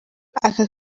aka